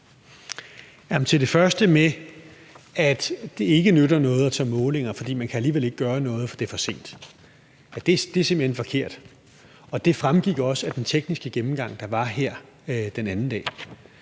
Til det første med, at det ikke nytter noget at tage målinger, fordi man alligevel ikke kan gøre noget, fordi det er for sent, vil jeg sige, at det simpelt hen er forkert. Det fremgik også af den tekniske gennemgang, der var her den anden dag.